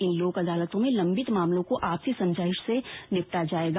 इन लोक अदालतों में लम्बित मामलों को आपसी समझाइश से निपटाया जाएगा